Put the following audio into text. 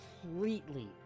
completely